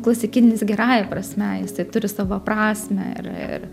klasikinis gerąja prasme jisai turi savo prasmę ir ir